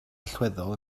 allweddol